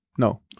No